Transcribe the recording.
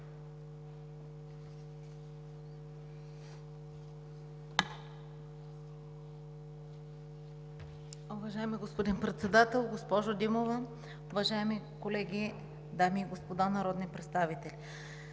Уважаеми господин Председател, госпожо Димова, уважаеми колеги, дами и господа народни представители!